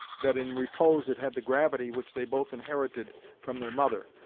that in repose it had the gravity which they both inherited from their mother,